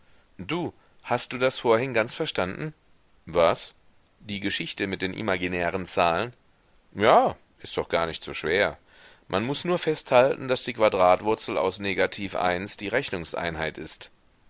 du hast du das vorhin ganz verstanden was die geschichte mit den imaginären zahlen ja das ist doch gar nicht so schwer man muß nur festhalten daß die quadratwurzel aus negativ eins die rechnungseinheit ist